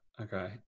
okay